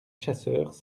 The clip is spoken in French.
chasseurs